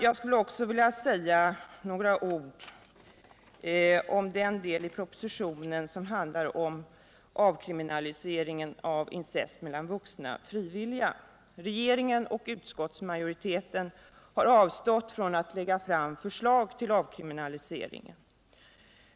Jag skulle också vilja säga några ord om den del av propositionen som handlar om en avkriminalisering av incest mellan vuxna frivilliga. Regeringen och utskottsmajoriteten har avstått från att lägga fram förslag till avkriminalisering.